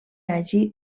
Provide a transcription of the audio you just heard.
hagi